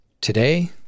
Today